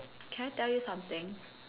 can I tell you something